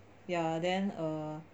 ya then err